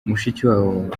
mushikiwabo